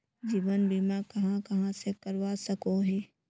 जीवन बीमा कहाँ कहाँ से करवा सकोहो ही?